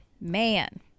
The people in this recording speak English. Man